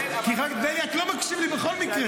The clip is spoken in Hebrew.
כי רק, בליאק לא מקשיב לי בכל מקרה.